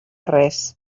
res